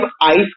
ice